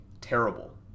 terrible